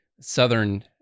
southern